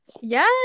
yes